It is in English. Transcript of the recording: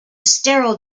sterile